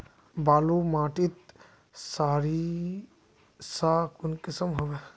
बालू माटित सारीसा कुंसम होबे?